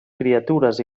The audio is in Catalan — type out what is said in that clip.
criatures